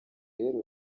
rero